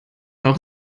noch